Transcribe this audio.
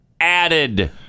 added